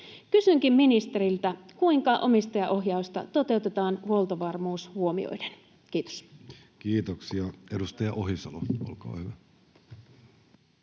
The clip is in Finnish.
Kysynkin ministeriltä: kuinka omistajaohjausta toteutetaan huoltovarmuus huomioiden? — Kiitos. Kiitoksia. — Edustaja Ohisalo, olkaa hyvä.